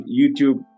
YouTube